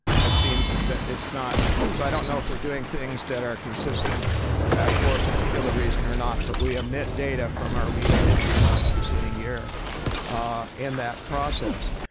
i've seen that it's not so i don't know if we're doing things that are consistent for a particular reason or not but we emit data from our immediate preceding year in and that process.